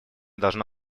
должно